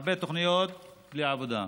הרבה תוכניות בלי עבודה.